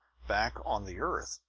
back on the earth,